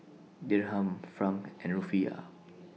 Dirham Franc and Rufiyaa